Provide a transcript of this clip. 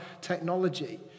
technology